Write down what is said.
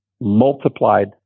multiplied